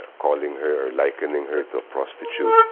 calling her or likening her to a prostitute,